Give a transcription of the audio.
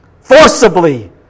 forcibly